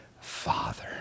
father